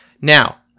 Now